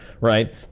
right